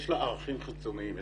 יש לה ערכים חיצוניים,